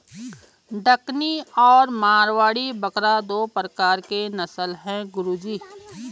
डकनी और मारवाड़ी बकरा दो प्रकार के नस्ल है गुरु जी